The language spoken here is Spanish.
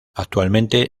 actualmente